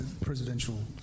presidential